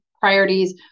priorities